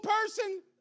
person